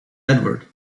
edward